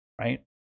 right